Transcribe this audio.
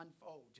unfold